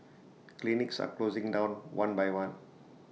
clinics are closing down one by one